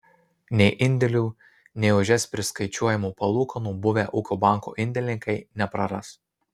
nei indėlių nei už jas priskaičiuojamų palūkanų buvę ūkio banko indėlininkai nepraras